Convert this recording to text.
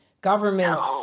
government